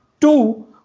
Two